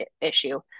issue